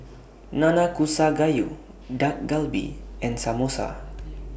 Nanakusa Gayu Dak Galbi and Samosa